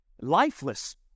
lifeless